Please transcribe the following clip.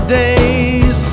days